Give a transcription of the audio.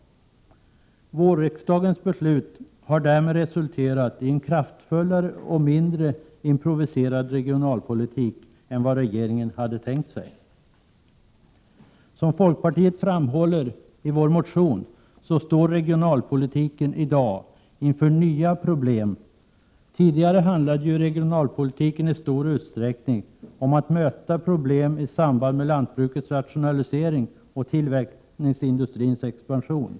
Vårriksdagens beslut har därmed resulterat i en kraftfullare och mindre improviserad regionalpolitik än vad regeringen hade tänkt sig. Som vi i folkpartiet framhåller i vår motion, står regionalpolitiken i dag inför nya problem. Tidigare handlade regionalpolitiken i stor utsträckning om att möta problem i samband med lantbrukens rationalisering och tillverkningsindustrins expansion.